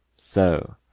so,